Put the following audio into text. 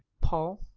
paul,